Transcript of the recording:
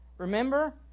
Remember